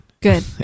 Good